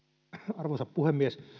arvoisa puhemies